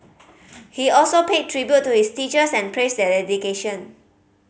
he also paid tribute to his teachers and praised their dedication